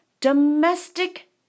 domestic